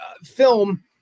film